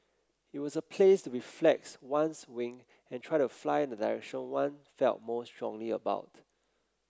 it was a place to be flex one's wing and try to fly in the direction one felt most strongly about